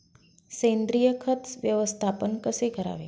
सेंद्रिय खत व्यवस्थापन कसे करावे?